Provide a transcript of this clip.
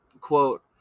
quote